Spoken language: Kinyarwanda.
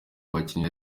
bakinnyi